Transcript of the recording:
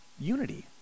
unity